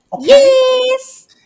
yes